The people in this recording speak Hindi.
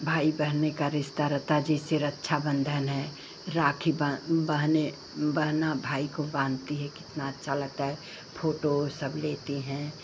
भाई बहन का रिश्ता रहता जैसे रक्षाबन्धन है राखी बन बहनें बहना भाई को बाँधती है कितना अच्छा लगता है फ़ोटो सब लेते हैं